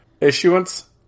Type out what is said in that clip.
issuance